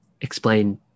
Explain